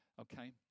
Okay